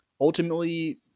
ultimately